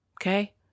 okay